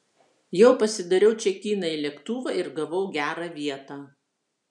jau pasidariau čekiną į lėktuvą ir gavau gerą vietą